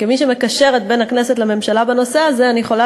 וכמי שמקשרת בין הכנסת לממשלה בנושא הזה אני יכולה